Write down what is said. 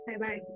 Bye-bye